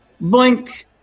blink